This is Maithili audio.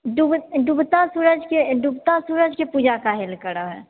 डूबता सूरज के डूबता सूरज के पूजा काहे लए करऽह